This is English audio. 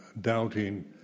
doubting